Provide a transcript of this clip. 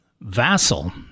Vassal